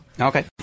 Okay